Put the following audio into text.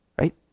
right